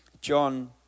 John